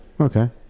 Okay